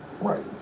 Right